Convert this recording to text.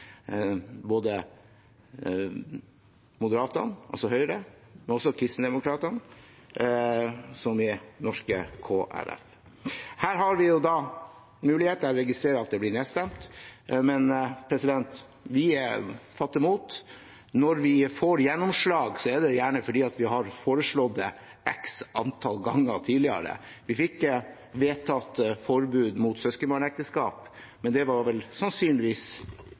både Moderaterna, altså Høyre, og Kristdemokraterna, som er det norske Kristelig Folkeparti. Her har vi muligheten, og jeg registrerer at det blir nedstemt, men vi fatter mot. Når vi får gjennomslag, er det gjerne fordi vi har foreslått det x antall ganger tidligere. Vi fikk vedtatt forbud mot søskenbarnekteskap, men det var sannsynligvis